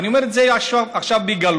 אני אומר את זה עכשיו בגלוי,